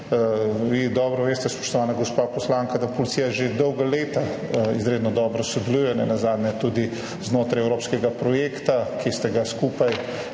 vi dobro veste, spoštovana gospa poslanka, da policija že dolga leta izredno dobro sodeluje, nenazadnje tudi znotraj evropskega projekta, ki ste ga skupaj,